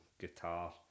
guitar